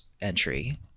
entry